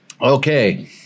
Okay